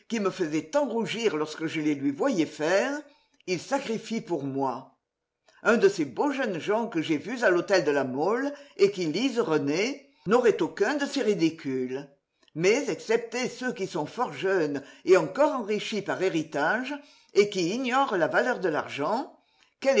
me faisaient tant rougir lorsque je les lui voyais faire il sacrifie pour moi un de ces beaux jeunes gens que j'ai vus à l'hôtel de la mole et qui lisent rené n'aurait aucun de ces ridicules mais excepté ceux qui sont fort jeunes et encore enrichis par héritage et qui ignorent la valeur de l'argent